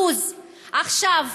עכשיו,